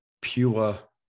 pure